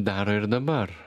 daro ir dabar